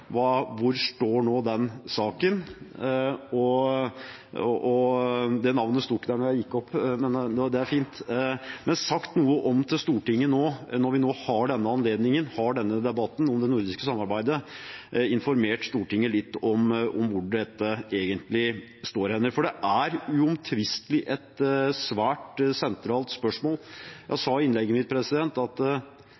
hvor står den saken nå – statsrådens navn sto ikke på talerlisten da jeg gikk opp – nå som vi har denne anledningen og denne debatten om det nordiske samarbeidet, og informert Stortinget litt om hvor dette egentlig står hen. For det er uomtvistelig et svært sentralt spørsmål. Jeg